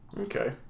Okay